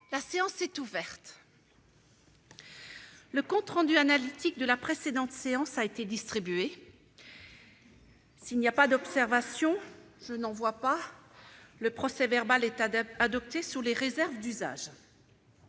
Le compte rendu analytique de la précédente séance a été distribué. S'il n'y a pas d'observation, je n'en vois pas le procès-verbal États d'adopter sur les réserves d'usage.